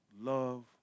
love